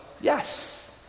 yes